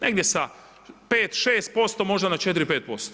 Negdje sa 5,6% možda na 4, 5%